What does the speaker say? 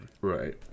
Right